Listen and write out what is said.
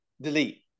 delete